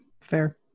Fair